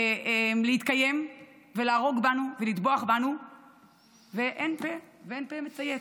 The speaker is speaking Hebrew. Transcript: להתקיים ולהרוג בנו ולטבוח בנו ואין פה מצייץ,